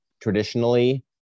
traditionally